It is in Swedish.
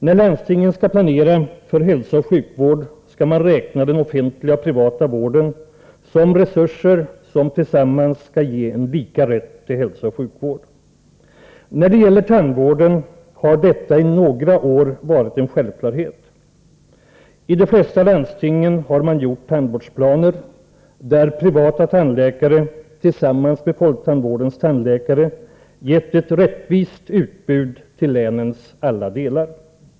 När landstingen skall planera för hälsooch sjukvård skall man räkna den offentliga och privata vården som resurser som tillsammans skall ge lika rätt till hälsooch sjukvård. Beträffande tandvården har detta i några år varit en självklarhet. I de flesta landsting har man gjort upp tandvårdsplaner, där privata tandläkare tillsammans med folktandvårdens tandläkare har gett ett rättvist utbud till länens alla delar.